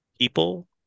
people